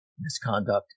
misconduct